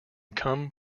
come